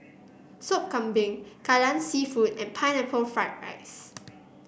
Sop Kambing Kai Lan seafood and Pineapple Fried Rice